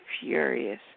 furious